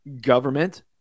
government